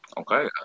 Okay